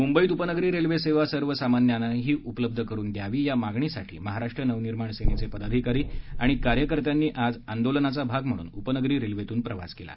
मुंबईत उपनगरी रेल्वे सेवा सर्वसामान्यांनाही उपलब्ध करून द्यावी या मागणीसाठी महाराष्ट्र नवनिर्माण सेनेचे पदाधिकारी आणि कार्यकर्त्यांनी आज आंदोलनाचा भाग म्हणून उपनगरी रेल्वेतून प्रवास केला